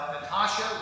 Natasha